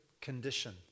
condition